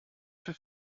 für